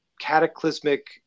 cataclysmic